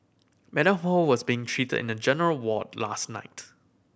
Madam Ho was being treated in a general ward last night